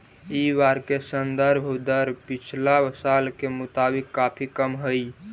इ बार के संदर्भ दर पिछला साल के मुताबिक काफी कम हई